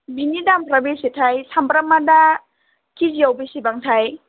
बिनि दामफ्रा बेसेथाय सामब्रामा दा केजिआव बेसेबांथाय